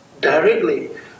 directly